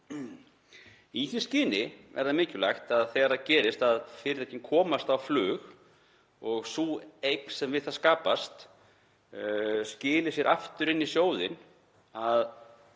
Í því skyni er mikilvægt þegar það gerist að fyrirtækin komast á flug og sú eign sem við það skapast skilar sér aftur inn í sjóðinn að